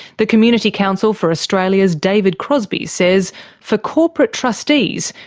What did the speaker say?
the community council for australia's david crosbie says for corporate trustees,